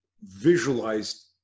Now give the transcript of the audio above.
visualized